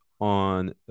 on